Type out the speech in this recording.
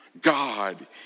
God